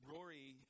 Rory